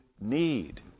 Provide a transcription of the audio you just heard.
need